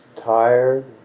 tired